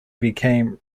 became